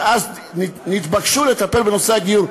שאז נתבקשו לטפל בנושא הגיור,